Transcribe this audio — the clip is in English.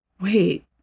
wait